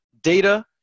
data